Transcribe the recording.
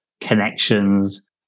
connections